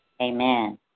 Amen